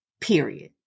Period